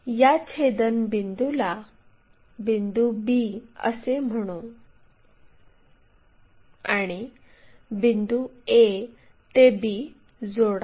या छेदनबिंदुला बिंदू b असे म्हणू आणि बिंदू a ते b जोडा